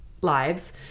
lives